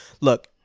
look